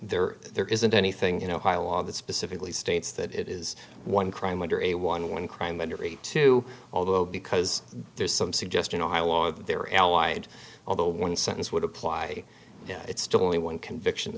there there isn't anything you know high law that specifically states that it is one crime under a one one crime under a two although because there's some suggestion on how long they were allied although one sentence would apply it's still only one conviction